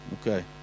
Okay